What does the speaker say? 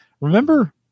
remember